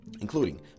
including